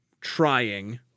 trying